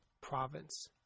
province